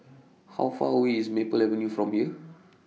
How Far away IS Maple Avenue from here